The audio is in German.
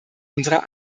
unserer